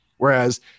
Whereas